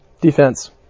defense